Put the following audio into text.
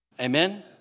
Amen